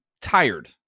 tired